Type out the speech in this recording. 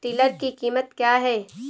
Tiller की कीमत क्या है?